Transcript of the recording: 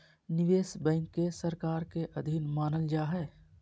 निवेश बैंक के सरकार के अधीन मानल जा हइ